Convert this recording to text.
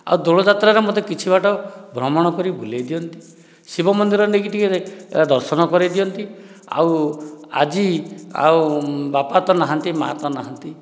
ଆଉ ଦୋଳଯାତ୍ରାରେ ମୋତେ କିଛି ବାଟ ଭ୍ରମଣ କରି ବୁଲେଇ ଦିଅନ୍ତି ଶିବ ମନ୍ଦିର ନେଇକି ଟିକିଏ ଦର୍ଶନ କରେଇ ଦିଅନ୍ତି ଆଉ ଆଜି ଆଉ ବାପା ତ ନାହାନ୍ତି ମା' ତ ନାହାନ୍ତି